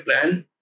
plan